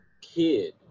kid